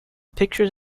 pictures